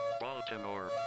Baltimore